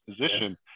position